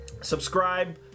subscribe